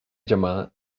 llamada